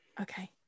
Okay